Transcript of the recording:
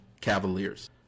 Cavaliers